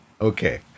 okay